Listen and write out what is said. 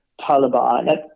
taliban